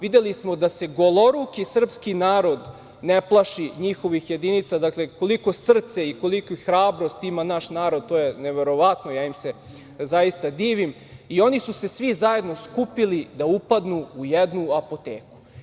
Videli smo da se goloruki srpski narod ne plaši njihovih jedinica, dakle, koliko srce i koliku hrabrost ima naš narod to je neverovatno, ja im se zaista divim i oni su se svi zajedno skupili da upadnu u jednu apoteku.